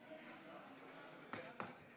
תודה,